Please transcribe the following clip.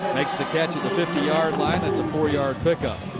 make the catch at the fifty yard line. that's a four-yard pickup.